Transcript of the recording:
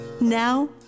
now